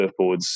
surfboards